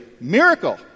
miracle